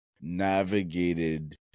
navigated